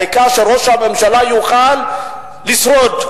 העיקר שראש הממשלה יוכל לשרוד,